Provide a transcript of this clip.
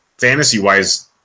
fantasy-wise